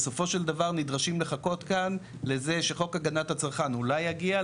בסופו של דבר נדרשים לחכות כאן לזה שחוק הגנת הצרכן אולי יגיע,